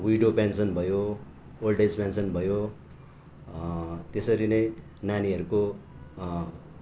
window pension भयो old age pension भयो त्यसरी नै नानीहरूको